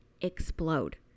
explode